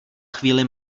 chvíli